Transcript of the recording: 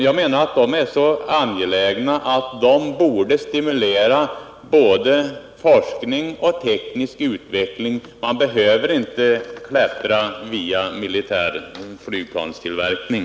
Jag menar att dessa satsningar är så angelägna att de borde stimulera både forskning och teknisk utveckling. Man behöver inte klättra via militär flygplanstillverkning.